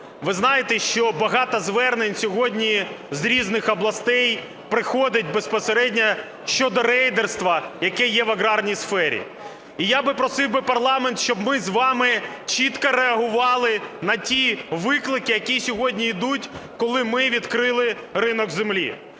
Ви знаєте, що багато звернень сьогодні з різних областей приходить безпосередньо щодо рейдерства, яке є в аграрній сфері. І я би просив парламент, щоб ми з вами чітко реагували на ті виклики, які сьогодні йдуть, коли ми відкрили ринок землі.